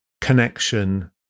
connection